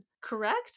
Correct